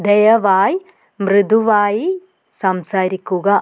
ദയവായി മൃദുവായി സംസാരിക്കുക